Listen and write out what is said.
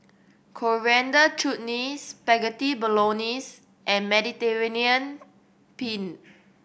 Coriander Chutney Spaghetti Bolognese and Mediterranean Penne